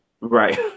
Right